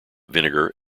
vinegar